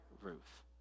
Ruth